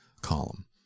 column